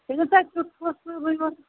تٔمِس آسہِ